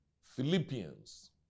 Philippians